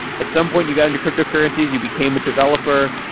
at some point you got into cryptocurrencies, you became a developer.